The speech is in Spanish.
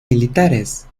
militares